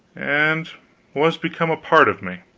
and was become a part of me.